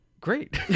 Great